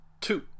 two